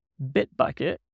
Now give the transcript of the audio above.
Bitbucket